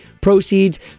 proceeds